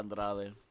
Andrade